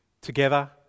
together